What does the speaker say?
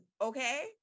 okay